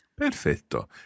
Perfetto